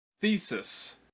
thesis